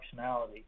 functionality